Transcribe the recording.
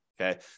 Okay